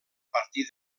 partir